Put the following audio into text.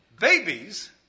babies